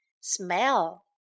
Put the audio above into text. Smell